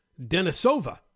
Denisova